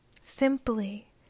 simply